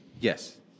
Yes